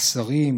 השרים,